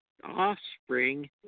offspring